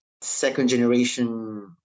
second-generation